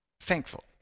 thankful